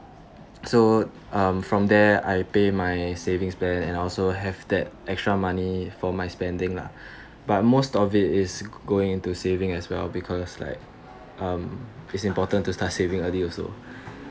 so um from there I pay my savings plan and also have that extra money for my spending lah but most of it is going into saving as well because like um it's important to start saving early also